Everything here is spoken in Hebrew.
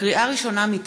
לקריאה ראשונה,